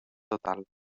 total